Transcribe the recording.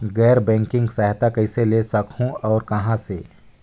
गैर बैंकिंग सहायता कइसे ले सकहुं और कहाँ से?